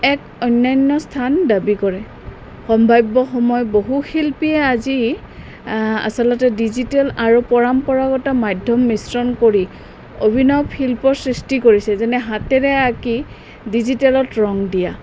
এক অন্যান্য স্থান দাবী কৰে সম্ভাব্য সময় বহু শিল্পীয়ে আজি আচলতে ডিজিটেল আৰু পৰম্পৰাগত মাধ্যম মিশ্ৰণ কৰি অভিনৱ শিল্পৰ সৃষ্টি কৰিছে যেনে হাতেৰে আঁকি ডিজিটেলত ৰং দিয়া